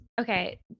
Okay